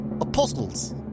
Apostles